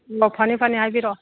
ꯑꯣ ꯐꯅꯤ ꯐꯅꯤ ꯍꯥꯏꯕꯤꯔꯛꯑꯣ